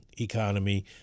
economy